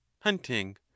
hunting